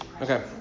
Okay